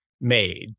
made